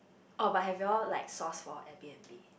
oh but have you all like source for Airbnb